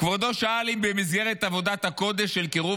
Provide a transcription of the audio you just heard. כבודו שאל אם במסגרת עבודת הקודש של קירוב